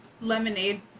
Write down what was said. lemonade